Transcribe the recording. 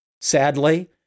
Sadly